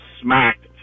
smacked